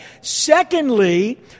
Secondly